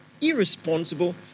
irresponsible